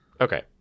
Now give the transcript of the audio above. Okay